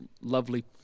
lovely